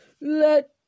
Let